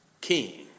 king